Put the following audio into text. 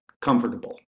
comfortable